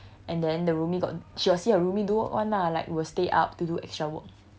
and then the roomie got she got see her roomie do work [one] lah like will stay up to do extra work